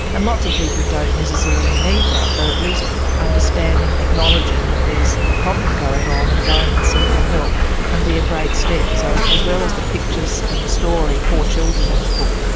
and lots of people don't necessarily need that, but at least understanding, acknowledging that there is a problem going on and going and seeking help can be a great step. so as well as the pictures and the story for children in this book,